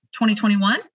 2021